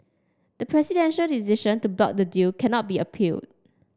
the presidential decision to block the deal cannot be appealed